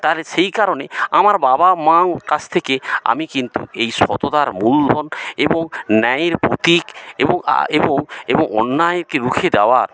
তারা সেই কারণে আমার বাবা মার কাছ থেকে আমি কিন্তু এই সততার অনুভব এবং ন্যায়ের প্রতীক এবং এবং অন্যায়কে রুখে দেওয়ার